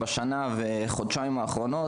בשנה וחודשיים האחרונות,